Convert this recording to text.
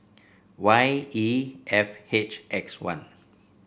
Y E F H X one